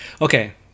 okay